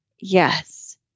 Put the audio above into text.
yes